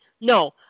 no